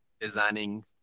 designing